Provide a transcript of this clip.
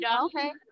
Okay